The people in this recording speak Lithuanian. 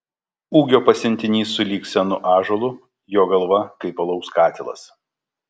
ūgio pasiuntinys sulig senu ąžuolu jo galva kaip alaus katilas